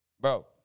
bro